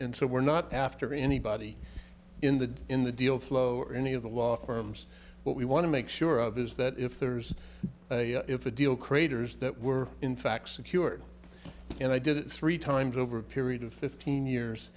and so we're not after anybody in the in the deal flow or any of the law firms but we want to make sure of is that if there's if a deal craters that were in fact secured and i did it three times over a period of fifteen years